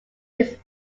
this